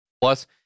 Plus